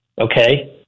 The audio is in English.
Okay